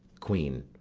queen.